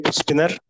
spinner